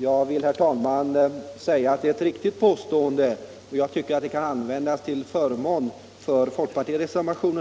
Det är, herr talman, ett riktigt påstående, och jag tycker att